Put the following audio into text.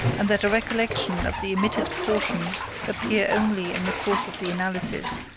and that a recollection of the omitted portions appear only in the course of the analysis.